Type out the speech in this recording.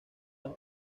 los